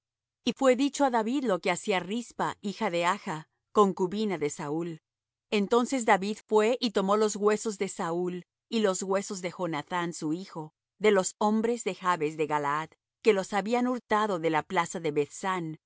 y fué dicho á david lo que hacía rispa hija de aja concubina de saúl entonces david fué y tomó los huesos de saúl y los huesos de jonathán su hijo de los hombres de jabes de galaad que los habían hurtado de la plaza de beth san